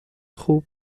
خوب